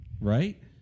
Right